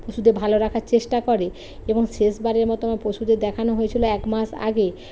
পশুদের ভালো রাখার চেষ্টা করে এবং শেষবারের মতো আমার পশুদের দেখানো হয়েছিলো এক মাস আগে